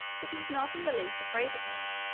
that he was not in the least afraid of him.